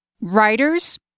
Writers